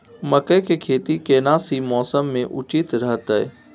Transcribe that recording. मकई के खेती केना सी मौसम मे उचित रहतय?